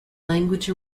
language